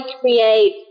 create